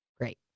Great